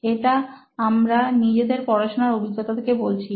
এটা আমরা নিজেদের পড়াশুনার অভিজ্ঞতা থেকে বলছি